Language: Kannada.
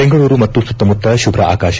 ಬೆಂಗಳೂರು ಮತ್ತು ಸುತ್ತಮುತ್ತ ಶುಭ್ಧ ಆಕಾಶ